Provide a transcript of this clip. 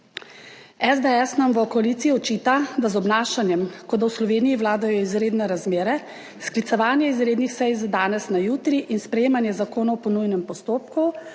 SDS nam v koaliciji očita, da z obnašanjem, kot da v Sloveniji vladajo izredne razmere, sklicevanje izrednih sej za danes na jutri in sprejemanje zakonov po nujnem postopku